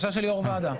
יושב ראש הוועדה.